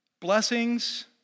Blessings